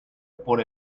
por